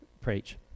preach